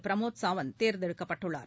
பிரமோத் சாவந்த் தேர்ந்தெடுக்கப்பட்டுள்ளார்